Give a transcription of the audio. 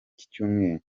cyumweru